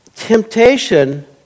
temptation